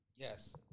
Yes